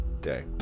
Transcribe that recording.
day